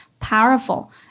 Powerful